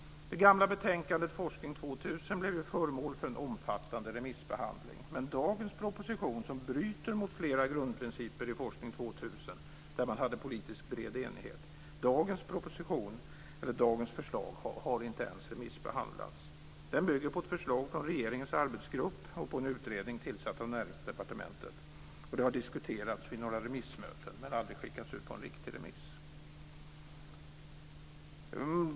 Det tidigare betänkandet Forskning 2000 blev ju föremål för en omfattande remissbehandling. Men dagens proposition, som bryter mot flera grundprinciper i Forskning 2000 där man hade en bred politisk enighet, har inte ens remissbehandlats. Propositionen bygger på ett förslag från regeringens arbetsgrupp och på en utredning tillsatt av Näringsdepartementet. Den har endast diskuterats vid några remissmöten men aldrig skickats ut på en riktig remiss.